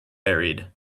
buried